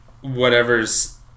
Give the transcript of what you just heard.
Whatever's